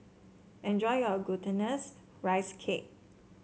enjoy your Glutinous Rice Cake